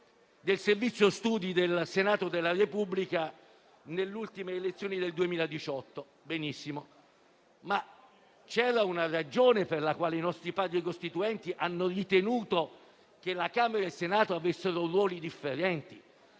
del servizio Studi del Senato della Repubblica ricavati dalle ultime elezioni del 2018. Benissimo, ma c'era una ragione per la quale i nostri Padri costituenti hanno ritenuto che la Camera e il Senato avessero ruoli differenti,